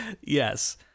Yes